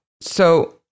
So-